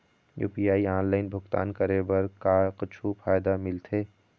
UPI online भुगतान करे बर का कुछू फायदा मिलथे?